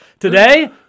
Today